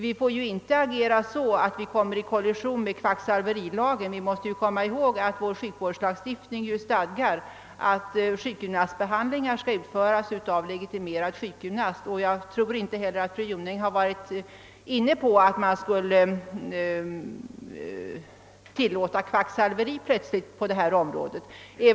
Vi får inte agera så att vi råkar i kollision med kvacksalverilagen, ty vi måste komma ihåg att vår sjukvårdslagstiftning stadgar att sjukgymnastbehandlingar skall utföras av legitimerad sjukgymnast. Jag tror inte heller att fru Jonäng har varit inne på tanken att man plötsligt skulle tillåta kvacksalveri på detta område.